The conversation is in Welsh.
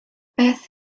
beth